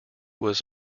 was